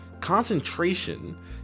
Concentration